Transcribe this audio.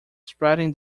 spreading